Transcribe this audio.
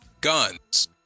guns